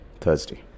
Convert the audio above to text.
Thursday